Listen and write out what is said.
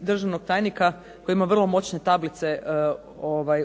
državnog tajnika koji ima vrlo moćne tablice